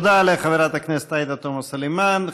תודה לחברת הכנסת עאידה תומא סלימאן.